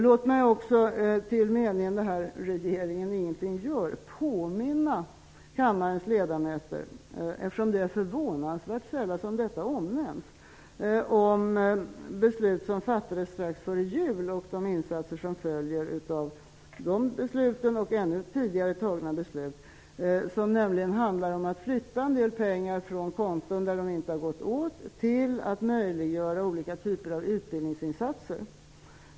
Låt mig också, med tanke på påståendet att regeringen ingenting gör, påminna kammarens ledamöter om de beslut som fattades strax före jul och om de insatser som följer av dessa och andra tidigare fattade beslut -- förvånansvärt sällan omnämns nämligen detta. De handlar om att flytta en del pengar från konton där de inte gått åt till konton som innebär ett möjliggörande av olika typer av utbildningsinsatser.